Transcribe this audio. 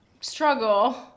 struggle